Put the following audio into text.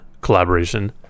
collaboration